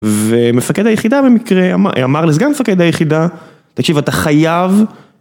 ומפקד היחידה במקרה, אמר לסגן מפקד היחידה, תקשיב אתה חייב.